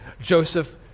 Joseph